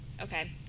Okay